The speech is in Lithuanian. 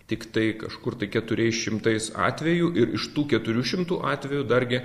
tiktai kažkur tai keturiais šimtais atvejų ir iš tų keturių šimtų atvejų dargi